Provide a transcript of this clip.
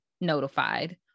notified